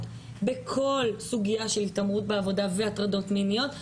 בכל סוגיה של התעמרות בעבודה והטרדות מיניות,